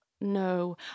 no